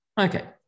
Okay